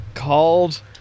Called